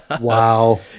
Wow